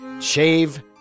Shave